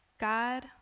God